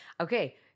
Okay